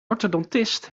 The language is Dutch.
orthodontist